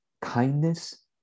kindness